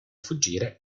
fuggire